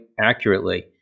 accurately